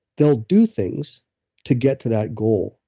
they'll do things to get to that goal.